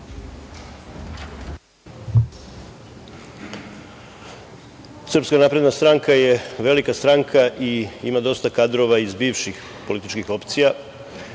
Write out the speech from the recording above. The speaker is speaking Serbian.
Srpska napredna stranka je velika stranka i ima dosta kadrova iz bivših političkih opcija.